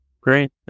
Great